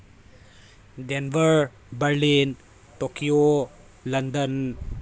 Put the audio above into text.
denver Berlin Tokyo London